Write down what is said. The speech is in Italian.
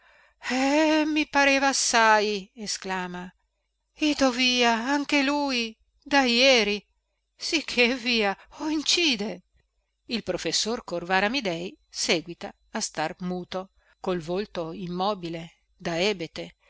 eh mi pareva assai esclama ito via anche lui da jeri sicché via oincide il professor corvara amidei séguita a star muto col volto immobile da ebete